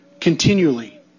continually